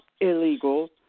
illegal